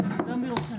נכון?